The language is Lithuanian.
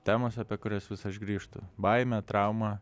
temos apie kurias vis aš grįžtu baimė trauma